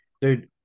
dude